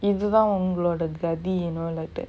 இதுதா ஒங்களோட கதி என்னோட கதி:ithuthaa ongaloda kathi ennoda kathi